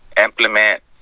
implement